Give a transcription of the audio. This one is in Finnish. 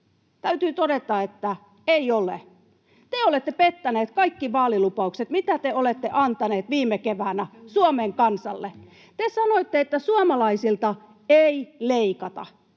Täytyy todeta, että eivät ole. Te olette pettäneet kaikki vaalilupaukset, mitä te olette antaneet viime keväänä Suomen kansalle. Te sanoitte, että suomalaisilta ei leikata,